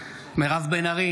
ארי,